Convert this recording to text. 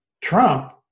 Trump